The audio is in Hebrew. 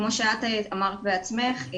כמו שאת אמרת בעצמך,